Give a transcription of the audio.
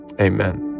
Amen